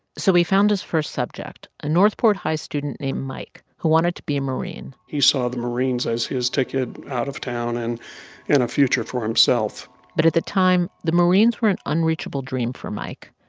so he found his first subject, a north port high student named mike who wanted to be a marine he saw the marines as his ticket out of town and and a future for himself but at the time, the marines were an unreachable dream for mike.